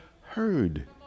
heard